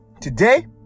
Today